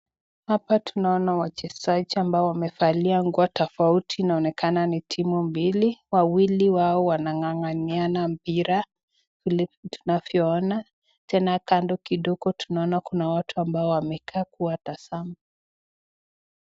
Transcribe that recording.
Hapa tunaona wachezaji ambao wamevalia nguo tofauti inaonekana ni timu mbili wawili wao wanangagania mpira, vile tunavyo oona Tena kando kidogo tunaangalia Kuna watu wanao watazama.